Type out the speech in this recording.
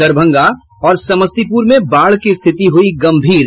दरभंगा और समस्तीपुर में बाढ़ की स्थिति हुई गंभीर